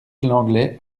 lenglet